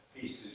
pieces